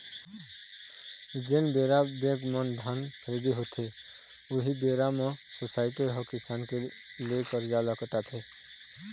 जेन बेरा बेंक म धान खरीदी होथे, उही बेरा म सोसाइटी ह किसान के ले करजा ल काटथे